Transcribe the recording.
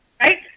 right